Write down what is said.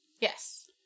Yes